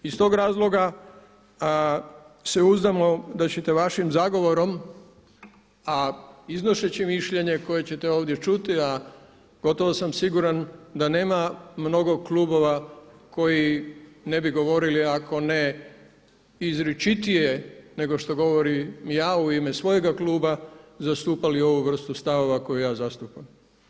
Iz tog razloga se uzdamo da ćete vašim zagovorom, a iznoseći mišljenje koje ćete ovdje čuti, a gotovo sam siguran da nema mnogo klubova koji ne bi govorili ako ne izričitije nego što govorim ja u ime svojega kluba, zastupali ovu vrstu stavova koju ja zastupam.